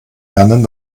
lernen